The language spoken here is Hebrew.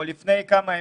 או קרה לפני כמה ימים,